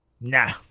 nah